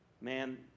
man